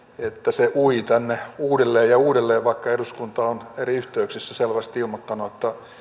se ui tänne uudelleen ja uudelleen vaikka eduskunta on eri yhteyksissä selvästi ilmoittanut että